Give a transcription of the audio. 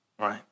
right